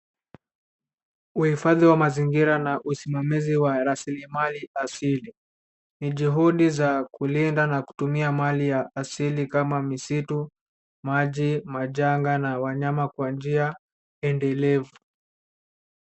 Uhifadhi wa mazingira na usimamizi wa rasilimali asili ni juhudi za kulinda na kutumia mali ya asili kama misitu, maji majanga na wanyama kwa njia endelevu.